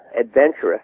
adventurous